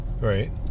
Right